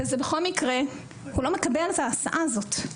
בכל מקרה הוא לא מקבל את ההסעה הזאת.